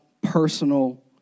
personal